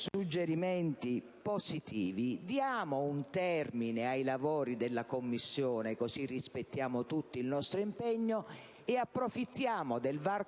suggerimenti positivi. Diamo pertanto un termine ai lavori della Commissione, così rispettiamo tutti il nostro impegno, e approfittiamo del